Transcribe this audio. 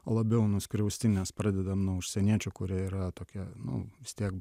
labiau nuskriausti nes pradedam nuo užsieniečių kurie yra tokia nu vis tiek